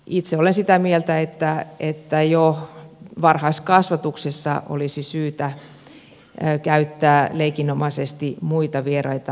itse olen sitä mieltä että jo varhaiskasvatuksessa olisi syytä käyttää leikinomaisesti muita vieraita kieliä